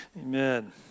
Amen